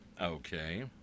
Okay